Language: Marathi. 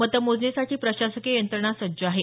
मतमोजणीसाठी प्रशासकीय यंत्रणा सज्ज आहे